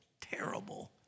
terrible